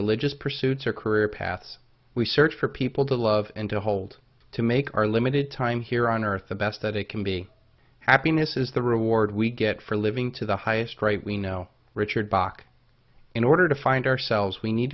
religious pursuits or career paths we search for people to love and to hold to make our limited time here on earth the best that it can be happiness is the reward we get for living to the highest rate we know richard bach in order to find ourselves we need